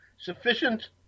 sufficient